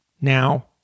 now